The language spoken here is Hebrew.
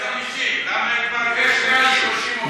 למה הגבלת את זה ל-50,